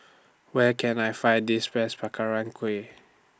Where Can I Find This Best Kueh